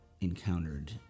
encountered